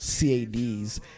CADs